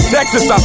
Texas